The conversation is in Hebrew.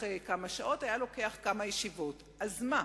כמה שעות, אלא כמה ישיבות, אז מה?